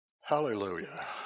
Hallelujah